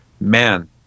man